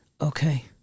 Okay